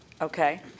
Okay